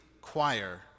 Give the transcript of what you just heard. choir